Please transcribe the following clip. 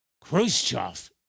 Khrushchev